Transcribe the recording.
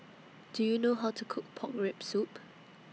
Do YOU know How to Cook Pork Rib Soup